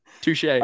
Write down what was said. Touche